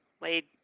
laid